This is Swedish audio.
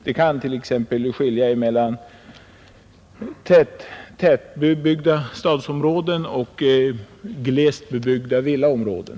Det kan t.ex. finnas skillnad mellan tätbebyggda stadsområden och glesbebyggda villaområden.